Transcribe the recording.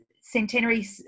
centenary